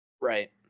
Right